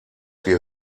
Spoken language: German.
wir